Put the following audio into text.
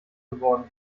geworden